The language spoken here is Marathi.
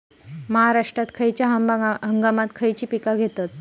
महाराष्ट्रात खयच्या हंगामांत खयची पीका घेतत?